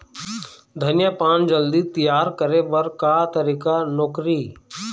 धनिया पान जल्दी तियार करे बर का तरीका नोकरी?